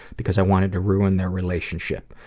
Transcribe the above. because i wanted to ruin their relationship.